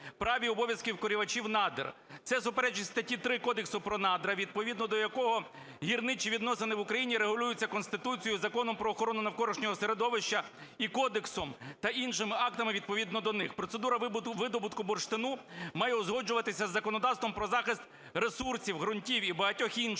прав і обов'язків користувачів надр. Це суперечить статті 3 Кодексу про надра, відповідно до якого гірничі відносини в Україні регулюються Конституцією і Законом про охорону навколишнього середовища, і кодексом, та іншими актами, відповідно до них. Процедура видобутку бурштину має узгоджуватися з законодавством про захист ресурсів ґрунтів і багатьох інших.